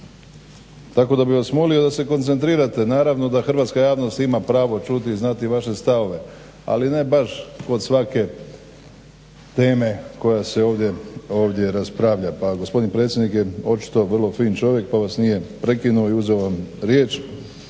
Tako da bih vas molio da se koncentrirate. Naravno da hrvatska javnost ima pravo čuti znati vaše stavove ali ne baš kod svake teme koja se ovdje raspravlja pa gospodin predsjednik je očito vrlo fin čovjek pa vas nije prekinuo i uzeo vam riječ